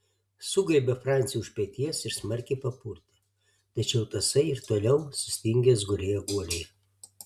sugriebė francį už peties ir smarkiai papurtė tačiau tasai ir toliau sustingęs gulėjo guolyje